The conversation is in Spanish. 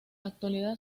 actualidad